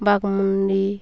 Baghmundi